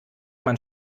man